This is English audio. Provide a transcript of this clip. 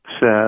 says